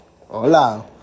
Hola